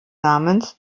namens